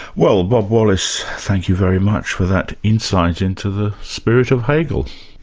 well bob wallace, thank you very much for that insight into the spirit of hegel.